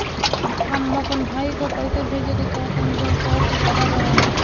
हम अपन भाई को पैसा भेजे के चाहतानी जौन शहर से बाहर रहेला